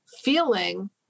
feeling